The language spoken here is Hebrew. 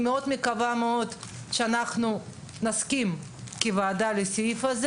ואני מאוד מקווה שאנחנו כוועדה נסכים עליו.